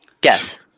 Guess